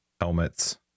Helmets